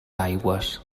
aigües